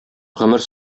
гомер